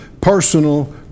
personal